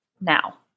Now